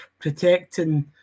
Protecting